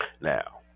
Now